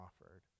offered